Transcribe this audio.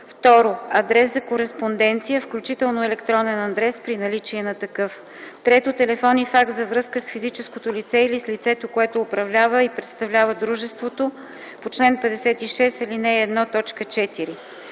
2. адрес за кореспонденция, включително електронен адрес –при наличие на такъв; 3. телефон и факс за връзка с физическото лице или с лицето, което управлява и представлява дружеството по чл. 56, ал. 1, т.